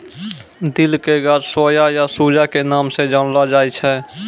दिल के गाछ सोया या सूजा के नाम स जानलो जाय छै